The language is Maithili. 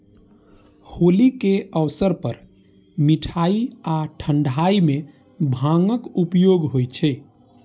होली के अवसर पर मिठाइ आ ठंढाइ मे भांगक उपयोग होइ छै